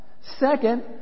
Second